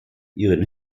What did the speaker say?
ihren